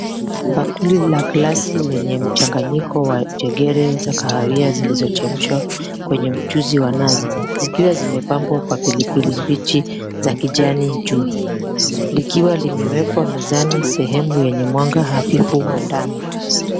Bakuli la glasi lenye mchanganyiko wa jegere za kahawia zilizochemshwa kwenye mchuzi wa nazi. Zikiwa zimepambwa kwa pilipili mbichi za kijani juu, likiwa limewekwa mezani sehemu yenye mwanga hafifu wa ndani.